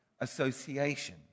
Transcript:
association